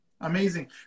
Amazing